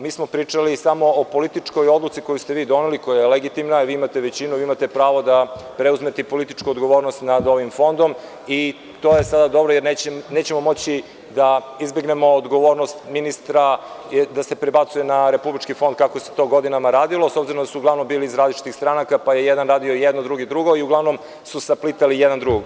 Mi smo pričali samo o političkoj odluci koju ste vi doneli i koja je legitimna, jer vi imate većinu, imate pravo da preuzmete i političku odgovornost nad ovim fondom i to je sada dovoljno, jer nećemo moći da izbegnemo odgovornost ministra, da se prebacuje na Republički fond, kako se to godinama radilo, s obzirom da su uglavnom bili iz različitih stranaka, pa je jedan radio jedno, drugi drugo i uglavnom su saplitali jedan drugog.